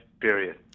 period